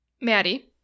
Maddie